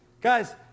Guys